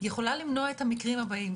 יכולה למנוע את המקרים הבאים,